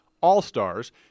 All-Stars